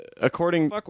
according